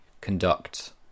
conduct